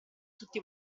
tutti